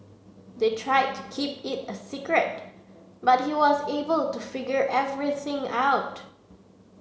they try to keep it a secret but he was able to figure everything out